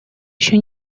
еще